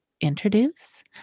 introduce